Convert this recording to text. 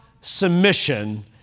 submission